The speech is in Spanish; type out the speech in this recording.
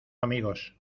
amigos